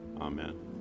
Amen